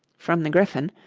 from the gryphon,